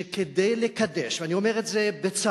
שכדי לקדש, ואני אומר את זה בצער,